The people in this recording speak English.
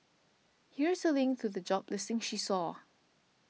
here's a link to the job listing she saw